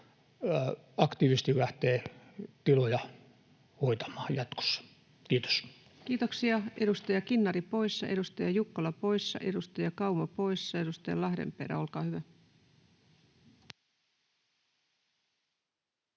aktiivisesti lähtevät tiloja hoitamaan jatkossa. — Kiitos. Kiitoksia. — Edustaja Kinnari poissa, edustaja Jukkola poissa, edustaja Kauma poissa. — Edustaja Lahdenperä, olkaa hyvä.